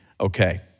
okay